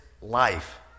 life